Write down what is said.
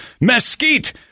mesquite